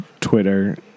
Twitter